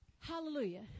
Hallelujah